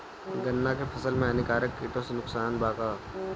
गन्ना के फसल मे हानिकारक किटो से नुकसान बा का?